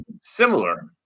similar